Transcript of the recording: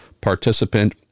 participant